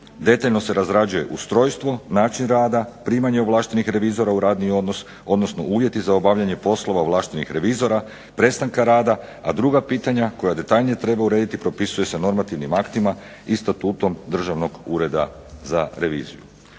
Detaljno se razrađuje ustrojstvo, način rada, primanje ovlaštenih revizora u radni odnos, odnosno uvjeti za obavljanje poslova ovlaštenih revizora, prestanka rada, a druga pitanja koja detaljnije treba urediti propisuje se normativnim aktima i Statutom Državnog ureda za reviziju.